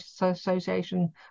association